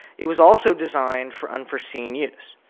it was also designed for unforeseen use.